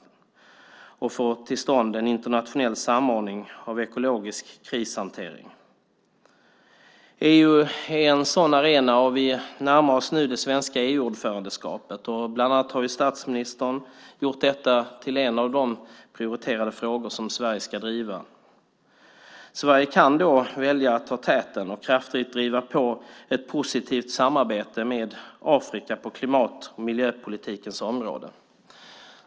Vi bör få till stånd en internationell samordning av ekologisk krishantering. EU är en sådan arena. Vi närmar oss nu det svenska EU-ordförandeskapet. Statsministern har gjort detta till en av de prioriterade frågor som Sverige ska driva. Sverige kan då välja att ta täten och kraftigt driva på ett positivt samarbete med Afrika på klimat och miljöpolitikens område.